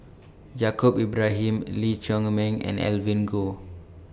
Yaacob Ibrahim Lee Chiaw Meng and Evelyn Goh